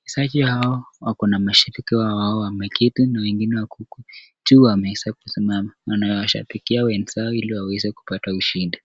wachezaji hao wako na mashabiki ambao wameketi na wengine wako uko juu wameweza kusimama wanawashabikia wenzao iliwaweze kupata ushidi.